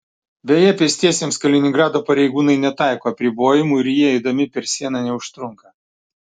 beje pėstiesiems kaliningrado pareigūnai netaiko apribojimų ir jie eidami per sieną neužtrunka